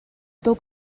though